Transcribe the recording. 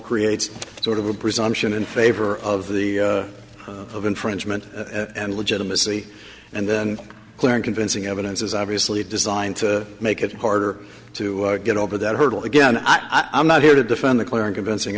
creates sort of a presumption in favor of the of infringement and legitimacy and then clear and convincing evidence is obviously designed to make it harder to get over that hurdle again i am not here to defend the clear and convincing